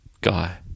guy